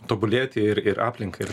tobulėti ir ir aplinkai ir